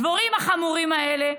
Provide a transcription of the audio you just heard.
הדברים החמורים האלה,